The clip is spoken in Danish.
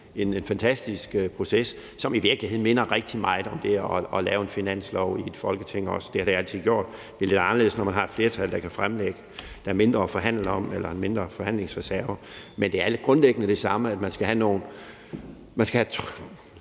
en fantastisk proces, som i virkeligheden også minder rigtig meget om det at lave en finanslov i Folketinget, og det har det altid gjort. Det er lidt anderledes, når man har et flertal, der kan fremlægge det, og der er mindre at forhandle om eller en mindre forhandlingsreserve. Men det er grundlæggende det samme, altså at man